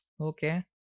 Okay